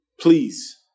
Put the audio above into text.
Please